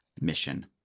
mission